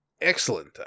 Excellent